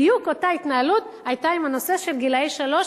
בדיוק אותה התנהלות היתה בנושא של גילאי שלוש